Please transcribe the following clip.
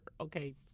Okay